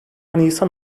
nisan